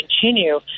continue